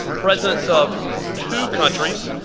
presidents of two countries,